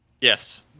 Yes